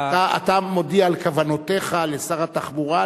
אתה מודיע על כוונותיך לשר התחבורה,